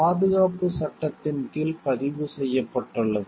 பாதுகாப்பு சட்டத்தின் கீழ் பதிவு செய்யப்பட்டுள்ளது